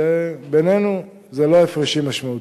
כשבינינו, זה לא הפרשים משמעותיים,